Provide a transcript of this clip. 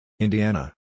Indiana